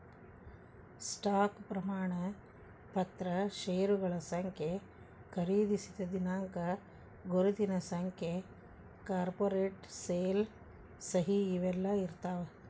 stock ಪ್ರಮಾಣ ಪತ್ರ ಷೇರಗಳ ಸಂಖ್ಯೆ ಖರೇದಿಸಿದ ದಿನಾಂಕ ಗುರುತಿನ ಸಂಖ್ಯೆ ಕಾರ್ಪೊರೇಟ್ ಸೇಲ್ ಸಹಿ ಇವೆಲ್ಲಾ ಇರ್ತಾವ